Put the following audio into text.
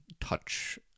Touch